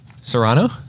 Serrano